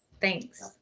thanks